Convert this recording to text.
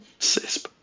cisp